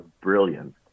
brilliant